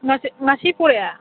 ꯉꯁꯤ ꯄꯨꯔꯛꯑꯦ